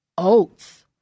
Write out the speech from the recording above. Oats